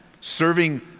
serving